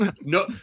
no